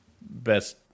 Best